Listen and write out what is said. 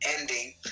ending